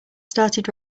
started